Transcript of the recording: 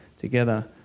together